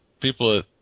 people